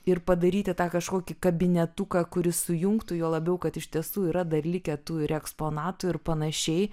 ir padaryti tą kažkokį kabinetuką kuris sujungtų juo labiau kad iš tiesų yra dar likę tų ir eksponatų ir panašiai